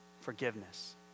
forgiveness